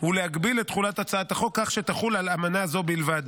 ולהגביל את תחולת הצעת החוק כך שתחול על אמנה זו בלבד.